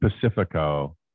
Pacifico